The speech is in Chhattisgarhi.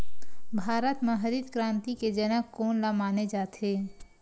भारत मा हरित क्रांति के जनक कोन ला माने जाथे?